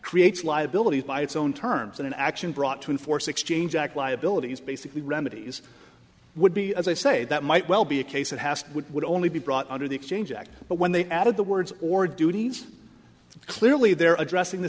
creates liability by its own terms and an action brought to enforce exchange act liabilities basically remedies would be as i say that might well be a case that has would only be brought under the exchange act but when they added the words or duties clearly they're addressing the